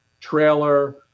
trailer